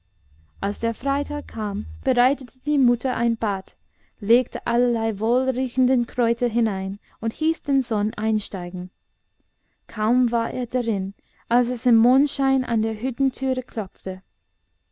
als der freitag kam bereitete die mutter ein bad legte allerlei wohlriechende kräuter hinein und hieß den sohn einsteigen kaum war er darin als es im mondschein an der hüttentüre klopfte